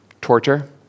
Torture